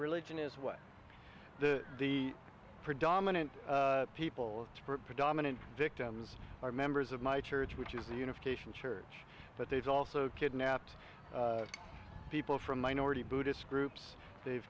religion is what the predominant people predominant victims are members of my church which is the unification church but there's also kidnapped people from minority buddhist groups they've